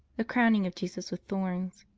the crowning of jesus with thorns.